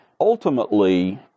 Ultimately